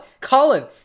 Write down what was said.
Colin